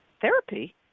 therapy